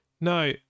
No